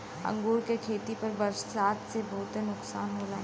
अंगूर के खेती पर बरसात से बहुते नुकसान होला